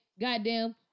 goddamn